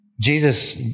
Jesus